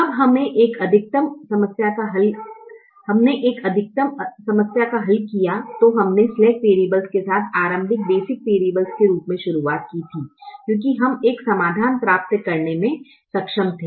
जब हमने एक अधिकतम समस्या का हल किया तो हमने स्लैक वेरियब्लेस के साथ आरंभिक बेसिक वेरिब्लस के रूप मे शुरुआत की थी क्योंकि हम एक समाधान प्राप्त करने में सक्षम थे